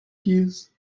keys